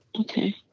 Okay